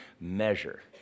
measure